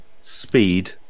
speed